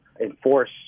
enforce